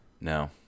No